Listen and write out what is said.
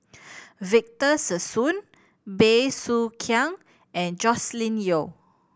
Victor Sassoon Bey Soo Khiang and Joscelin Yeo